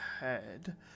head